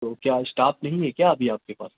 تو کیا اسٹاف نہیں ہے کیا ابھی آپ کے پاس